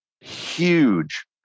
huge